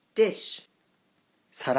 dish